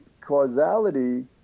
causality